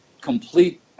complete